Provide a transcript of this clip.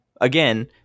again